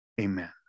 Amen